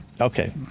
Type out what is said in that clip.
Okay